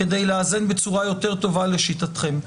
כדי לאזן בצורה יותר טובה לשיטתכם.